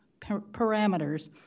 parameters